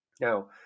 Now